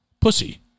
pussy